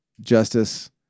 justice